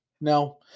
No